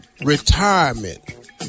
retirement